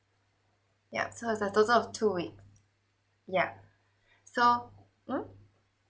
yeah so is a total of two week yeah so mm